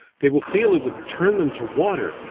they will feel it would turn them to water,